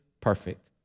perfect